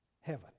heaven